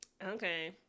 Okay